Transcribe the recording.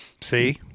See